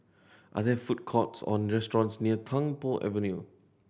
are there food courts or restaurants near Tung Po Avenue